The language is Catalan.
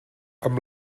amb